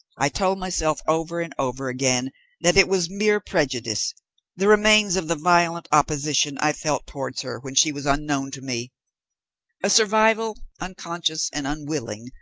i told myself over and over again that it was mere prejudice the remains of the violent opposition i felt towards her when she was unknown to me a survival, unconscious and unwilling,